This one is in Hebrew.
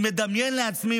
אני מדמיין לעצמי,